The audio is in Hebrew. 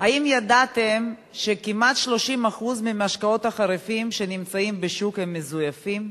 האם ידעתם שכמעט 30% מהמשקאות החריפים שנמצאים בשוק מזויפים?